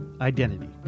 identity